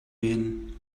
werden